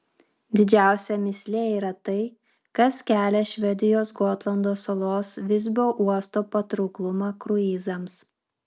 didžiausia mįslė yra tai kas kelia švedijos gotlando salos visbio uosto patrauklumą kruizams